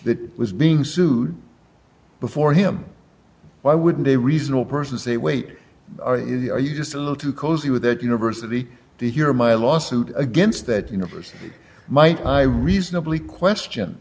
that was being sued before him why wouldn't a reasonable person say wait are you just a little too cozy with that university if you're my lawsuit against that you know might i reasonably question